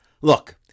Look